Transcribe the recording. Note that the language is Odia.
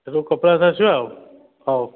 ସେଇଠୁ କପିଳାସ ଆସିବା ଆଉ ହଉ